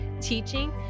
teaching